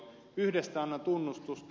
yhdestä annan tunnustusta